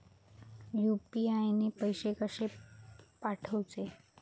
UPI ने पैशे कशे पाठवूचे?